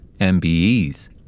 MBEs